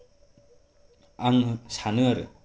आं सानो आरो